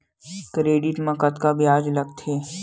Credit मा कतका ब्याज लगथे?